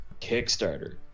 Kickstarter